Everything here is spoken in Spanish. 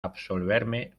absolverme